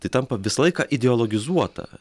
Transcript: tai tampa visą laiką ideologizuota